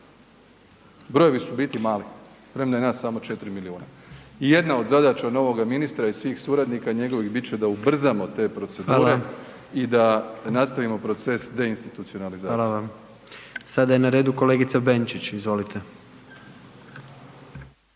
Brojevi su u biti mali, premda je nas samo 4 milijuna i jedna od zadaća novog ministra i svih suradnika njegovih bit će da ubrzamo te procedure .../Upadica: Hvala./... i da nastavimo proces deinstitucionalizacije. **Jandroković, Gordan (HDZ)** Hvala vam. Sada je na redu kolegice Benčić. Izvolite.